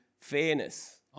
fairness